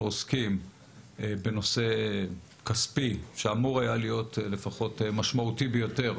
עוסקים בנושא כספי שהיה אמור להיות משמעותי ביותר